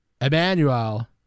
Emmanuel